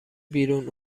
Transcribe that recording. بیرون